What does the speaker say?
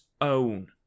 own